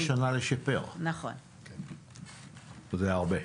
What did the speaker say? אבל יש חצי שנה לשפר, וזה הרבה.